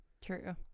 true